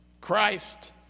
Christ